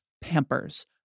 Pampers